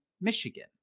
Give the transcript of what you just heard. Michigan